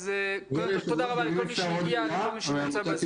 תודה רבה לכל מי שהגיע, לכל מי שנמצא בזום.